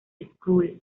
school